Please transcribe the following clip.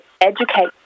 Educate